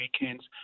weekends